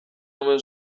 omen